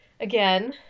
again